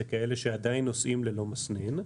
זה כאלה שעדיין נוסעים ללא מסנן.